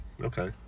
Okay